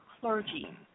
clergy